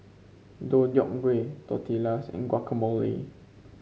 Deodeok Gui Tortillas and Guacamole